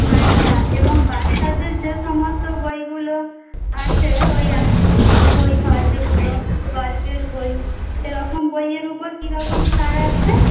আচ্ছা এবং বাচ্চাদের যে সমস্ত বইগুলো আছে ওই আবৃত্তির বই হয় যেগুলো গল্পের বই সেরকম বইয়ের উপর কীরকম ছাড় আছে